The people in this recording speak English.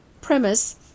premise